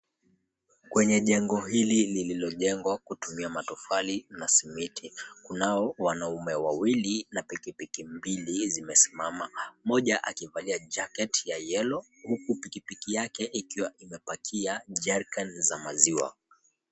Kwenye jengo hili lililojengwa kutumia matofali na simiti, kunao wanaume wawili na pikipiki mbili zimesimama, mmoja akivalia jacket ya yellow huku pikipiki yake ikiwa imepakia jerrican za maziwa.